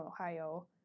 Ohio